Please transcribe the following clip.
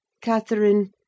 Catherine